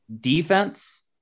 defense